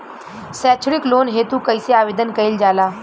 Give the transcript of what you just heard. सैक्षणिक लोन हेतु कइसे आवेदन कइल जाला?